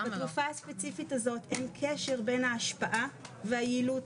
לתרופה הזאת אין קשר בין ההשפעה והיעילות,